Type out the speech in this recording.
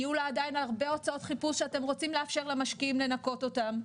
יהיו לה עדיין הרבה הוצאות חיפוש שאתם רוצים לאפשר למשקיעים לנכות אותם.